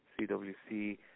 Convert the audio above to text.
CWC